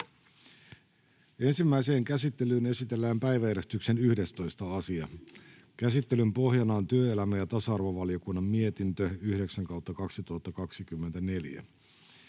Ensimmäiseen käsittelyyn esitellään päiväjärjestyksen 12. asia. Käsittelyn pohjana on talousvaliokunnan mietintö TaVM